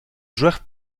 joueur